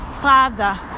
Father